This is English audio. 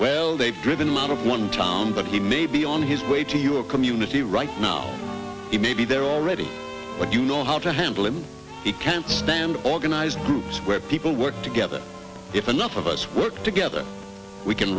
well they've driven mom of one town but he may be on his way to your community right now he may be there already but you know how to handle him he can't stand organized groups where people work together if enough of us work together we can